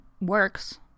works